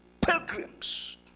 pilgrims